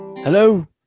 Hello